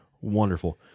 Wonderful